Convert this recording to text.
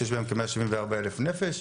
שיש בהם כ-174 אלף נפש,